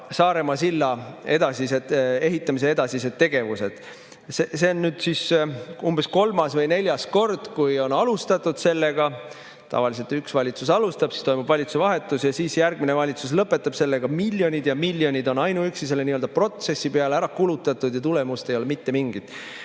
Saaremaa silla ehitamise edasise tegevuse. See on umbes kolmas või neljas kord, kui sellega on alustatud. Tavaliselt üks valitsus alustab, siis toimub valitsuse vahetus ja siis järgmine valitsus lõpetab selle. Miljonid ja miljonid on ainuüksi selle protsessi peale ära kulutatud ja tulemust ei ole mitte mingit.